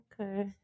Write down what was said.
okay